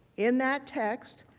in that text,